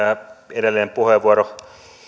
edellinen puheenvuoro